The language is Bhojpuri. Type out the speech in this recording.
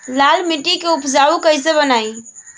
लाल मिट्टी के उपजाऊ कैसे बनाई?